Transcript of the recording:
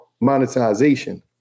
monetization